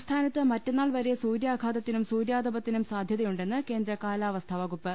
സംസ്ഥാനത്ത് മറ്റന്നാൾ വരെ സൂര്യാഘാതത്തിനും സൂര്യാ തപത്തിനും സാധ്യതയുണ്ടെന്ന് കേന്ദ്ര കാലാവസ്ഥാ വകുപ്പ്